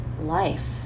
life